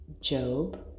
Job